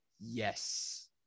Yes